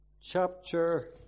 chapter